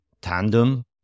Tandem